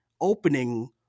opening